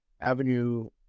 Avenue